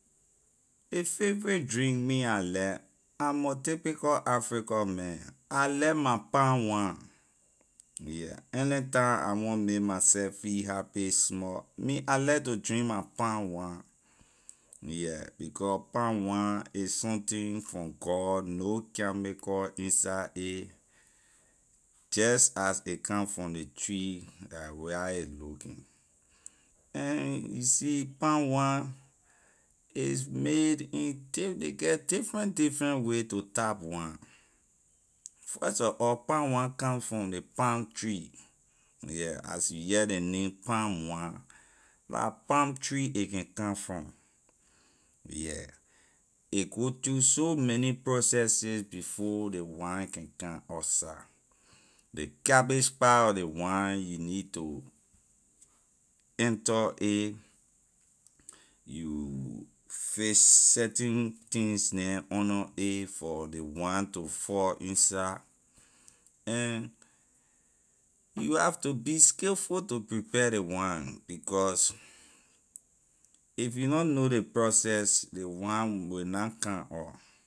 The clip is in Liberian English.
Ley favorite drink me I like i’m a typical africa man I like my palm wine yeah anytime I want may myseh feel happy small me I like to drink my palm wine yeah becor palm wine is something from god no chemical inside a just as a come from ley tree la way how a looking and you see palm wine is made in diff- ley get different different way to tap wine first of all palm wine come from ley palm tree yeah as you hear ley name palm wine la palm tree a can come from yeah a go through so many processes before ley wine can come outside ley cabbage part of ley wine you need to enter a you fix certain things neh under a for ley wine to fall inside you have to be skillful to to prepare ley wine because if you na know ley process ley wine will na come.